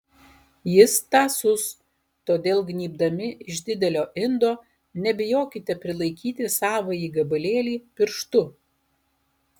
jis tąsus todėl gnybdami iš didelio indo nebijokite prilaikyti savąjį gabalėlį pirštu